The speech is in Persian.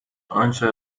آنچه